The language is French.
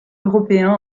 européen